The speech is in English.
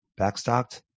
backstocked